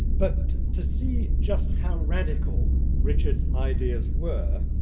but to see just how radical richard's ideas were,